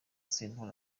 sentore